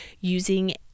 using